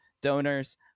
donors